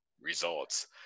results